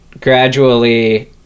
gradually